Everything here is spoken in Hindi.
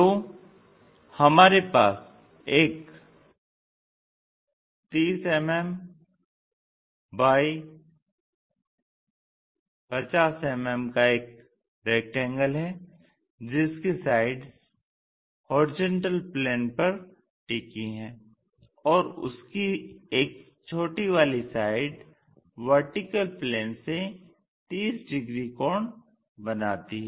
तो हमारे पास एक 30 mm x 50 mm का एक रेक्टेंगल है जिसकी साइड्स HP पर तिकी हैं और उसकी एक छोटी वाली साइड VP से 30 डिग्री कोण बनाती है